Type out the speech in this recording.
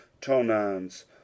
tonans